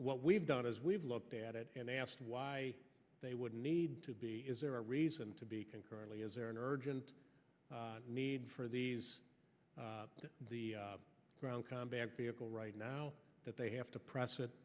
what we've done is we've looked at it and asked why they would need to be is there a reason to be concurrently is there an urgent need for these the ground combat vehicle right now that they have to process it